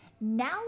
now